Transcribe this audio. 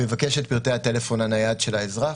הוא יבקש את פרטי הטלפון הנייד של האזרח,